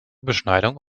beschneidung